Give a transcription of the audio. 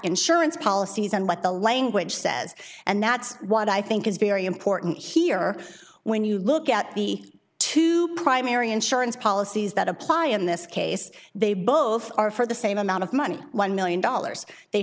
insurance policies and what the language says and that's what i think is very important here when you look at the two primary insurance policies that apply in this case they both are for the same amount of money one million dollars they